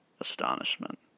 astonishment